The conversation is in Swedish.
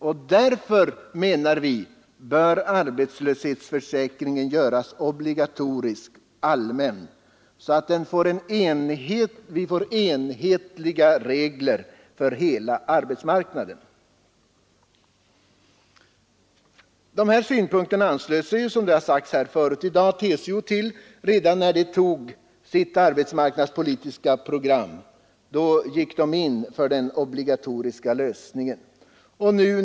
Och därför, menar vi, bör arbetslöshetsförsäkringen göras allmän och obligatorisk, så att det blir enhetliga regler för hela arbetsmarknaden. Till dessa synpunkter anslöt sig, såsom framhållits förut i dag, TCO redan när organisationen antog sitt arbetsmarknadspolitiska program, där en obligatorisk lösning förordades.